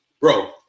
bro